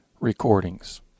recordings